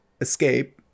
escape